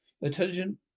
intelligent